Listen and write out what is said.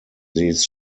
these